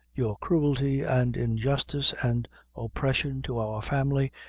your cruelty, and injustice, and oppression to our family,